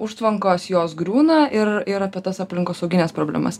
užtvankos jos griūna ir ir apie tas aplinkosaugines problemas